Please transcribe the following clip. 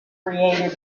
created